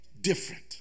different